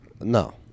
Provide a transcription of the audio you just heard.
no